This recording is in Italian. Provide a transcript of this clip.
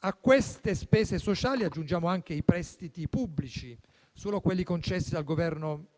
A queste spese sociali aggiungiamo i prestiti pubblici: solo quelli concessi dal Governo Meloni